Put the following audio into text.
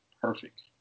perfect